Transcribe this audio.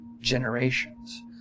generations